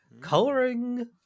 Coloring